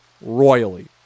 royally